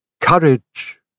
Courage